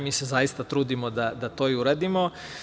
Mi se zaista trudimo da to i uradimo.